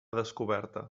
descoberta